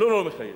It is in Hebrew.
לא מחייבת.